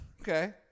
Okay